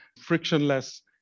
frictionless